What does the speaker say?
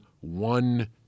one